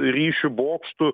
ryšių bokštų